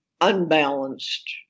unbalanced